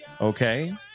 Okay